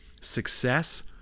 success